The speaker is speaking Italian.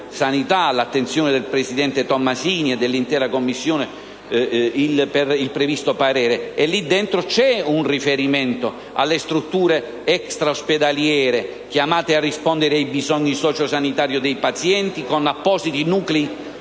all'attenzione del presidente Tomassini e dell'intera Commissione, per il previsto parere. Lì c'è un riferimento alle strutture extraospedaliere chiamate a rispondere ai bisogni socio-sanitari dei pazienti con appositi nuclei